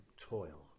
toil